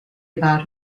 about